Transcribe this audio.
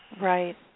Right